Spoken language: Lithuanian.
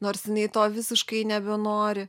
nors jinai to visiškai nebenori